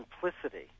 simplicity